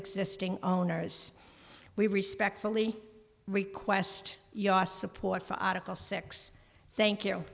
existing owners we respectfully request ya support for article six thank you